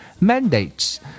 Mandates